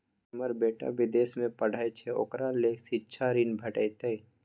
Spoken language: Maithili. हमर बेटा विदेश में पढै छै ओकरा ले शिक्षा ऋण भेटतै?